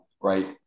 Right